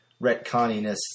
retconiness